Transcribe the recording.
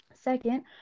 Second